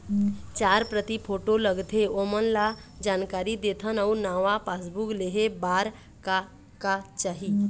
चार प्रति फोटो लगथे ओमन ला जानकारी देथन अऊ नावा पासबुक लेहे बार का का चाही?